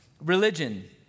religion